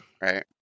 right